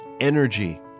energy